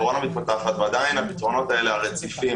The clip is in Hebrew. הקורונה מתפתחת ועדיין הפתרונות הרציפים,